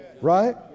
Right